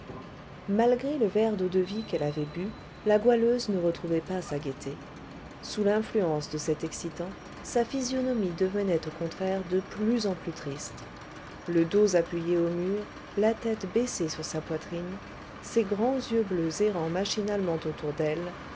malgré le verre d'eau-de-vie qu'elle avait bu la goualeuse ne retrouvait pas sa gaieté sous l'influence de cet excitant sa physionomie devenait au contraire de plus en plus triste le dos appuyé au mur la tête baissée sur sa poitrine ses grands yeux bleus errant machinalement autour d'elle